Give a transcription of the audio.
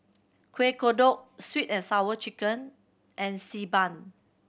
Kueh Kodok Sweet And Sour Chicken and Xi Ban